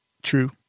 True